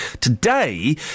Today